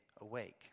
awake